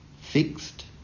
fixed